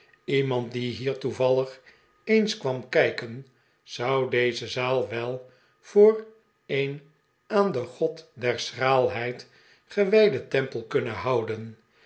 iemand die hier toevallig eens kwam kijken zou deze zaal wel voor een aan den god der schraalheid gewijden tempel kunnen houden